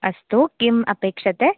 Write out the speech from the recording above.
अस्तु किम् अपेक्ष्यते